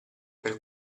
per